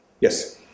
Yes